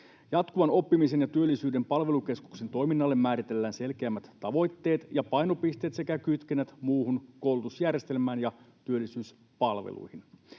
Jatkuvan oppimisen ja työllisyyden palvelukeskuksen toiminnalle määritellään selkeämmät tavoitteet ja painopisteet sekä kytkennät muuhun koulutusjärjestelmään ja työllisyyspalveluihin.